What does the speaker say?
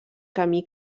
camí